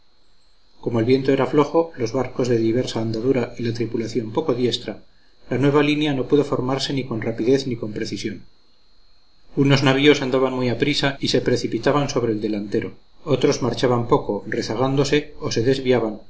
como el viento era flojo los barcos de diversa andadura y la tripulación poco diestra la nueva línea no pudo formarse ni con rapidez ni con precisión unos navíos andaban muy a prisa y se precipitaban sobre el delantero otros marchaban poco rezagándose o se desviaban